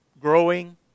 Growing